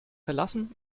verlassen